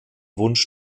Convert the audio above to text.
wunsch